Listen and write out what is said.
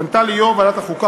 היא פנתה ליושב-ראש ועדת החוקה,